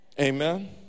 Amen